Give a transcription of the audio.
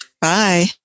Bye